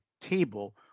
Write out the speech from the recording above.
table